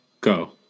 go